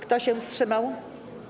Kto się wstrzymał?